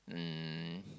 um